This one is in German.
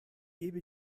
gebe